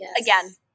again